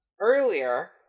Earlier